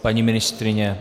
Paní ministryně?